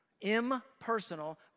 impersonal